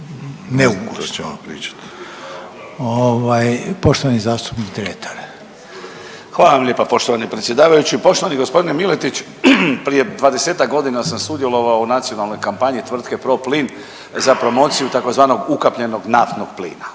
Dretar. **Dretar, Davor (DP)** Hvala vam lijepa poštovani predsjedavajući. Poštovani gospodine Miletić, prije 20-ak godina sam sudjelovao u nacionalnoj kampanji tvrtke Proplin za promociju tzv. ukapljenog naftnog plina.